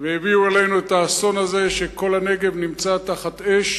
והביאו עלינו את האסון הזה, שכל הנגב נמצא תחת אש